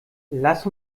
lass